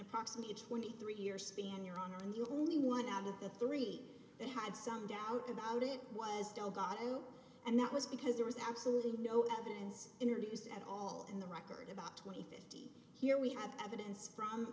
approximately twenty three year span your honor and you only one out of the three that had some doubt about it was delgado and that was because there was absolutely no evidence introduced at all in the record about twenty feet here we have evidence from